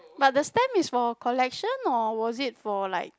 but the stamp is for collection or was it for like